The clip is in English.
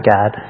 God